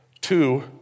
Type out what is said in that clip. Two